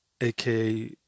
aka